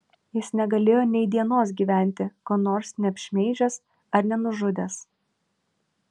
jis negalėjo nei dienos gyventi ko nors neapšmeižęs ar nenužudęs